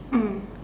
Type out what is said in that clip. mm